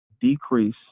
decrease